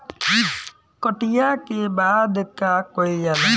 कटिया के बाद का कइल जाला?